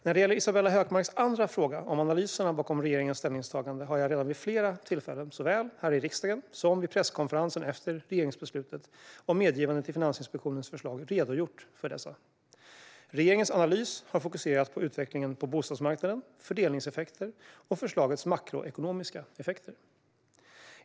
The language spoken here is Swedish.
När det gäller Isabella Hökmarks andra fråga om analyserna bakom regeringens ställningstagande har jag redan vid flera tillfällen, såväl här i riksdagen som vid presskonferensen efter regeringsbeslutet om medgivande till Finansinspektionens förslag, redogjort för dessa. Regeringens analys har fokuserat på utvecklingen på bostadsmarknaden, fördelningseffekter och förslagets makroekonomiska effekter.